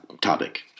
topic